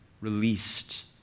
released